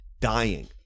Dying